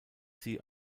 sie